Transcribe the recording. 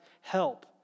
help